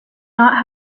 not